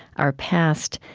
our past,